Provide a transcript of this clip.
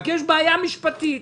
אבל יש בעיה משפטית.